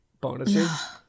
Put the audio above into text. bonuses